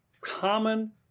common